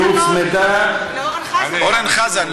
היא הוצמדה לאורן חזן,